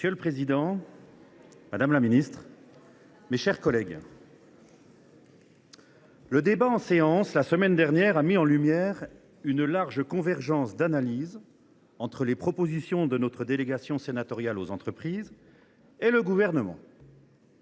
Monsieur le président, madame la secrétaire d’État, mes chers collègues, le débat en séance la semaine dernière a mis en lumière une large convergence d’analyse entre les propositions de notre délégation aux entreprises et le Gouvernement.